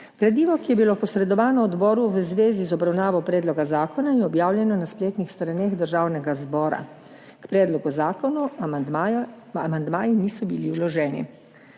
Gradivo, ki je bilo posredovano odboru v zvezi z obravnavo predloga zakona, je objavljeno na spletnih straneh Državnega zbora. K predlogu zakona amandmaji niso bili vloženi.